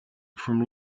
from